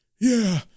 Yeah